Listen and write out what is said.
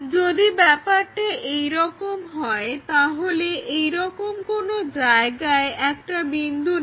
যদি ব্যাপারটা এরকম হয় তাহলে এই রকম কোনো জায়গায় একটা বিন্দু নাও